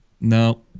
No